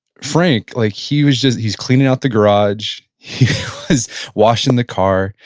frank, like he was just, he's cleaning out the garage. he was washing the car.